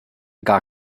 gar